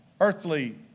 earthly